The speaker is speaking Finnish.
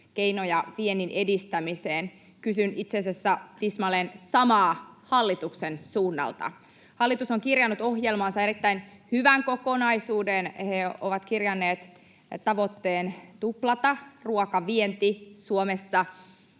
keinoja viennin edistämiseen — kysyn itse asiassa tismalleen samaa hallituksen suunnalta. Hallitus on kirjannut ohjelmaansa erittäin hyvän kokonaisuuden, he ovat kirjanneet tavoitteen tuplata ruokavienti Suomessa.